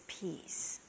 peace